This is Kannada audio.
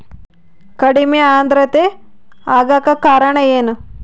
ಕಡಿಮೆ ಆಂದ್ರತೆ ಆಗಕ ಕಾರಣ ಏನು?